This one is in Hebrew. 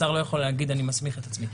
השר לא יכול להגיד: אני מסמיך את עצמי.